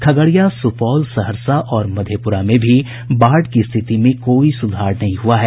खगड़िया सुपौल सहरसा और मधेपुरा में भी बाढ़ की स्थिति में कोई सुधार नहीं हुआ है